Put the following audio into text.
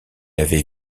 avait